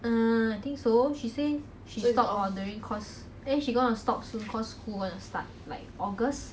err I think so she say she stopped ordering cause eh she gonna stop soon cause school wanna start like august